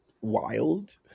wild